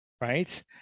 Right